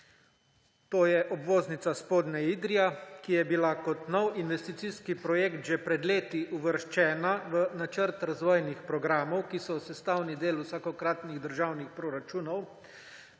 to je obvoznica Spodnja Idrija, ki je bila kot nov investicijski projekt že pred leti uvrščena v Načrt razvojnih programov, ki so sestavni del vsakokratnih državnih proračunov,